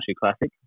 Classic